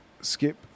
skip